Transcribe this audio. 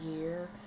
year